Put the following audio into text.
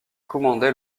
commandait